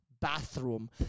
bathroom